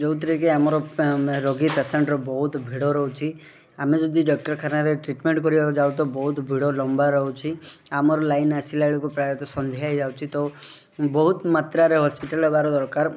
ଯେଉଁଥିରେ କି ଆମର ରୋଗୀ ପେସେଣ୍ଟ୍ର ବହୁତ ଭିଡ଼ ରହୁଛି ଆମେ ଯଦି ଡକ୍ଟରଖାନାରେ ଟ୍ରିଟମେଣ୍ଟ୍ କରିବାକୁ ଯାଉ ତ ବହୁତ ଭିଡ଼ ଲମ୍ବା ରହୁଛି ଆମର ଲାଇନ୍ ଆସିଲାବେଳକୁ ପ୍ରାୟତଃ ସନ୍ଧ୍ୟା ହେଇଯାଉଛି ତ ବହୁତ ମାତ୍ରରେ ହସ୍ପିଟାଲ୍ ଦରକାର